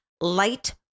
light